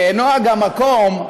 כנוהג המקום,